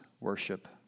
worship